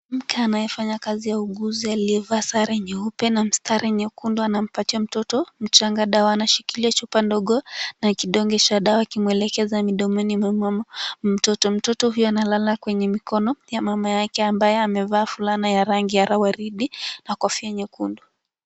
Mtu anayefanya kazi ya uuguzi aliyevaa sare nyeupe na mistari nyekundu anampatia mtoto mchanga dawa. Anashikilia chupa ndogo na kidonge cha dawa akimwelekeza midomoni mwa mtoto. Mtoto hii analala kwenye mikono ya mama yake amevaa fulana ya rangi ya waridi na kofia nyekundu.